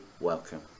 welcome